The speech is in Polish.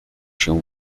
się